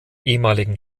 ehemaligen